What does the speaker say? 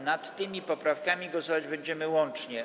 Nad tymi poprawkami głosować będziemy łącznie.